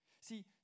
See